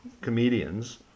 comedians